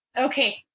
Okay